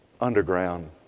underground